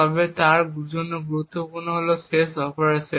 তবে তার জন্য গুরুত্বপূর্ণ হল শেষ অপারেশন